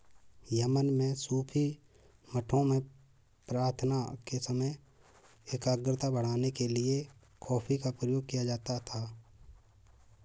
Yemen में सूफी मठों में प्रार्थना के समय एकाग्रता बढ़ाने के लिए कॉफी का प्रयोग किया जाता था